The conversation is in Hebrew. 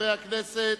חברי הכנסת,